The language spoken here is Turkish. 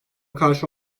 karşı